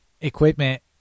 equipment